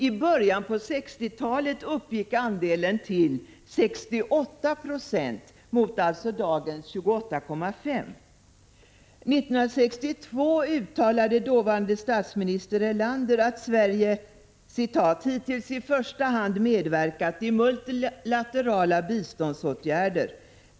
I början på 1960-talet uppgick denna andel till 68 76 mot, som jag nämnde, dagens 28,5 9Zo. År 1962 uttalade dåvarande statsminister Tage Erlander att | Sverige ”hittills i första hand medverkat i multilaterala biståndsåtgärder.